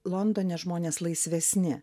londone žmonės laisvesni